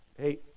Hey